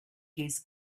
his